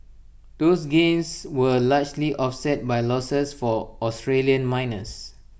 those gains were largely offset by losses for Australian miners